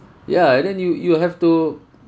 ya and then you you'll have to